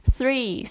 Three